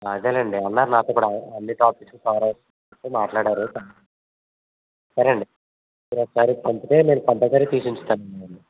అదే లేండి అన్నారు నాతో కూడా అన్ని టాపిక్సు కవర్ మాట్లాడారు సరే అండి మీరు ఒకసారి పంపితే నేను కంపల్సరీ తీసి ఉంచుతానండి